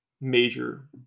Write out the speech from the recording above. major